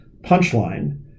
Punchline